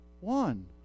one